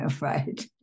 Right